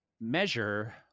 measure